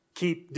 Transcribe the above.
keep